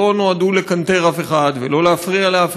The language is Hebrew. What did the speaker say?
שלא נועדו לקנטר אף אחד ולא להפריע לאף